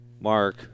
mark